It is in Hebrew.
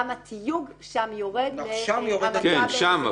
התיוג שם יורד להמתה --- שם יורד התיוג.